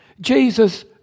Jesus